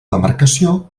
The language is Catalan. demarcació